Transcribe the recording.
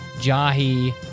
Jahi